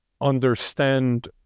understand